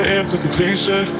anticipation